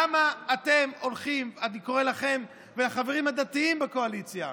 אני קורא לכם ולחברים הדתיים בקואליציה,